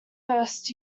first